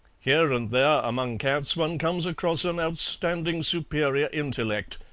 here and there among cats one comes across an outstanding superior intellect,